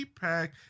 pack